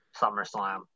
SummerSlam